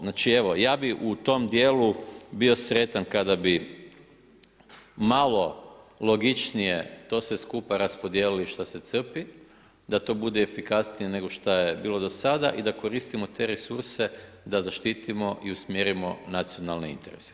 Znači, evo, ja bih u tom dijelu bio sretan kada bi malo logičnije to sve skupa raspodjelili što se crpi da to bude efikasnije nego što je bilo do sada i da koristimo te resurse da zaštitimo i usmjerimo nacionalne interese.